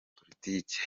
politiki